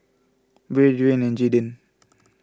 Brea Dwain and Jayden